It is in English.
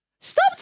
Stop